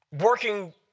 Working